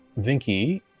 Vinky